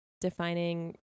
defining